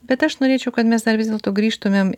bet aš norėčiau kad mes dar vis dėlto grįžtumėm